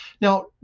Now